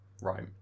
Right